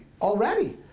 already